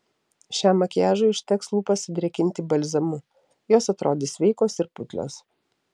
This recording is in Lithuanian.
šiam makiažui užteks lūpas sudrėkinti balzamu jos atrodys sveikos ir putlios